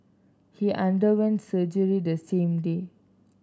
he underwent surgery the same day